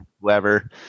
whoever